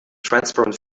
transparent